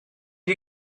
you